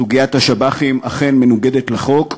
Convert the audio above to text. סוגיית השב"חים אכן מנוגדת לחוק,